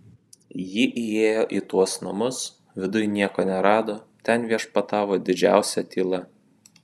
ji įėjo į tuos namus viduj nieko nerado ten viešpatavo didžiausia tyla